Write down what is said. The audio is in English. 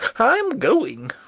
i am going!